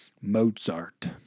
Mozart